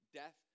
death